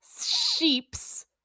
sheeps